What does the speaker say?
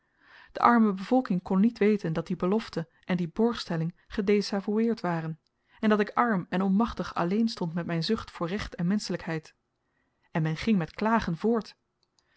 de arme bevolking kon niet weten dat die belofte en die borgstelling gedesavoueerd waren en dat ik arm en onmachtig alleen stond met myn zucht voor recht en menschelykheid en men ging met klagen voort